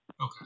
okay